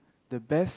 the best